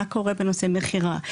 מה קורה בנושא מכירה,